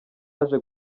yaje